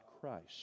Christ